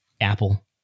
Apple